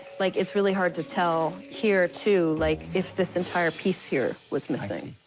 like, it's really hard to tell here, too, like, if this entire piece here was missing.